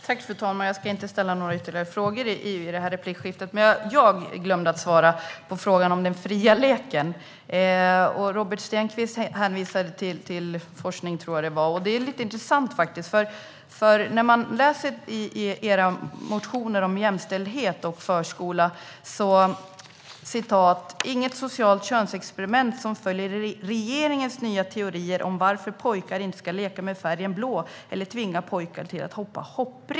Fru talman! Jag ska inte ställa några ytterligare frågor i det här replikskiftet, men jag glömde svara på frågan om den fria leken. Robert Stenkvist hänvisade till forskning, tror jag att det var. Det är faktiskt lite intressant. I en av era motioner om jämställdhet och förskola skriver ni att svensk skola inte ska vara "ett socialt könsexperiment som år efter år följer regeringens nya teorier om varför pojkar inte ska leka med färgen blå, eller tvingar pojkar till att hoppa hopprep".